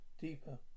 Deeper